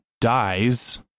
dies